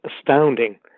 astounding